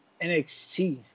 NXT